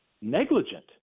negligent